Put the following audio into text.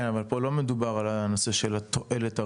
כן אבל פה לא מדובר על הנושא של התועלת הרפואית,